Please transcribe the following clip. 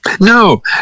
No